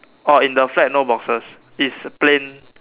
orh in the flat no boxes is plain